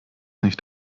nicht